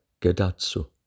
gedatsu